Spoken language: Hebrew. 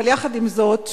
יחד עם זאת,